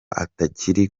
atakiri